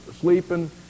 sleeping